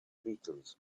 beatles